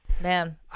Man